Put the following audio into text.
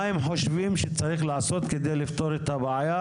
מה הם חושבים שצריך לעשות על מנת לפתור את הבעיה,